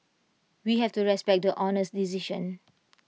we have to respect the Honour's decision